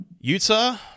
Utah